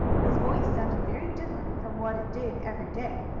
his voice sounded very different from what it did every day.